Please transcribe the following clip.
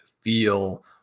feel